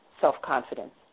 self-confidence